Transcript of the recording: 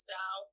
now